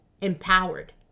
empowered